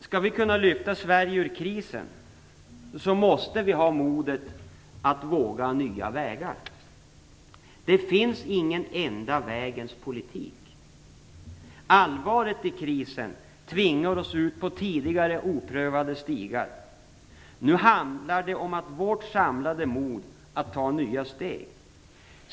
Skall vi kunna lyfta Sverige ur krisen, måste vi ha modet att våga nya vägar. Det finns ingen enda vägens politik. Allvaret i krisen tvingar oss ut på tidigare oprövade stigar. Nu handlar det om vårt samlade mod att ta nya steg.